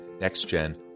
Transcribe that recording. Next-Gen